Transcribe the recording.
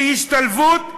בהשתלבות,